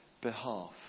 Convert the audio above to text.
behalf